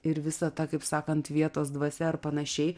ir visa ta kaip sakant vietos dvasia ar panašiai